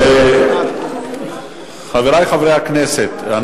חברי חברי הכנסת,